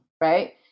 right